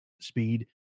speed